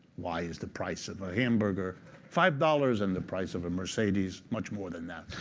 why is the price of a hamburger five dollars and the price of a mercedes much more than that?